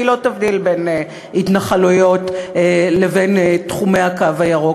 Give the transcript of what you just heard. והיא לא תבדיל בין התנחלויות לבין תחומי הקו הירוק,